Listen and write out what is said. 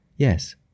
Yes